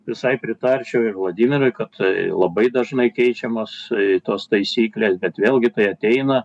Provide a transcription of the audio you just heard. visai pritarčiau ir vladimirui kad labai dažnai keičiamos tos taisyklės bet vėlgi tai ateina